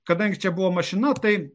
kadangi čia buvo mašina tai